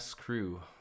crew